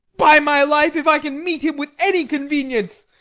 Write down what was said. by my life, if i can meet him with any convenience,